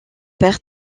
père